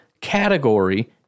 category